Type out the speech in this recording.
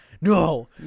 No